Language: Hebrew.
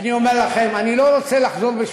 אולי אפשר לייבא אזרחים.